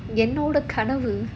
என் அந்த கனவு:en andha kanavu